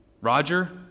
Roger